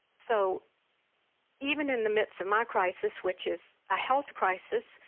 so even in the midst of my crisis which is a health crisis,